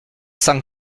cent